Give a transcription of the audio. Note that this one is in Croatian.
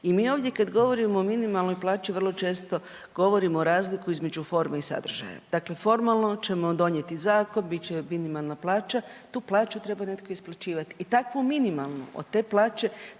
i mi ovdje kad govorimo o minimalnoj plaći, vrlo često govorimo o razliku između forme i sadržaja. Dakle formalno ćemo donijeti zakon, bit će minimalna plaća, tu plaću treba netko isplaćivati i takvu minimalnu, od te plaće